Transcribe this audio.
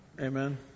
Amen